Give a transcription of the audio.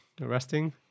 resting